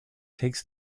takes